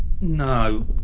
No